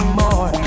more